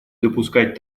допускать